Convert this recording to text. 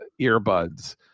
earbuds